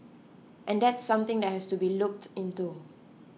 and that's something that has to be looked into